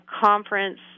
conference